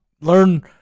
learn